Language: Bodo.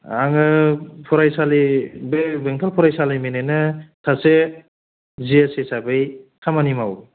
आङो फरायसालि बे बेंथल फरायसालिनिनो सासे जिएस हिसाबै खामानि मावो